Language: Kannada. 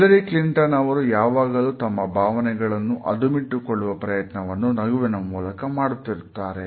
ಹಿಲರಿ ಕ್ಲಿಂಟನ್ ಅವರು ಯಾವಾಗಲೂ ತಮ್ಮ ಭಾವನೆಗಳನ್ನು ಅದುಮಿಟ್ಟು ಕೊಳ್ಳುವ ಪ್ರಯತ್ನವನ್ನು ನಗುವಿನ ಮೂಲಕ ಮಾಡುತ್ತಾರೆ